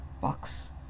box